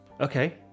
Okay